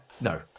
no